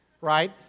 right